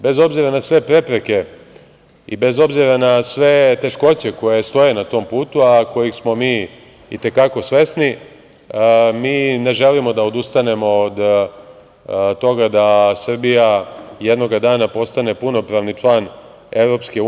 Bez obzira na sve prepreke i bez obzira na sve teškoće koje stoje na tom putu, a kojeg smo mi i te kako svesni, mi ne želimo da odustanemo od toga da Srbija jednoga dana postane punopravni član EU.